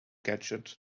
gadget